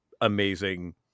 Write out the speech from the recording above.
amazing